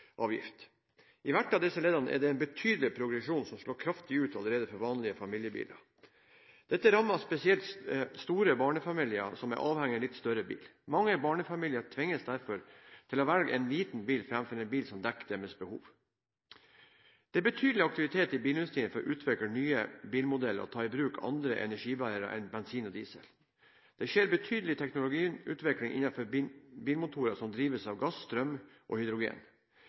I hvert av disse leddene er det en betydelig progresjon, som slår kraftig ut allerede for vanlige familiebiler. Dette rammer spesielt store barnefamilier som er avhengig av litt større bil. Mange barnefamilier tvinges derfor til å velge en liten bil framfor en bil som dekker deres behov. Det er betydelig aktivitet i bilindustrien for å utvikle nye bilmodeller og ta i bruk andre energibærere enn bensin og diesel. Det skjer en betydelig teknologiutvikling innen bilmotorer som drives av gass, strøm og hydrogen.